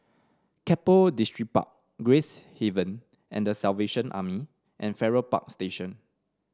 Keppel Distripark Gracehaven and The Salvation Army and Farrer Park Station